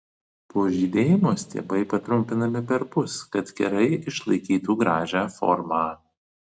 po žydėjimo stiebai patrumpinami perpus kad kerai išlaikytų gražią formą